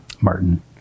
Martin